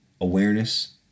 awareness